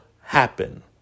happen